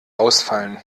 ausfallen